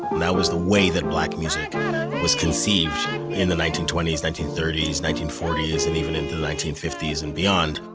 that was the way that black music was conceived in the nineteen twenty s, nineteen thirty s, nineteen forty s, and even in the nineteen fifty s and beyond